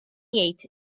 jgħid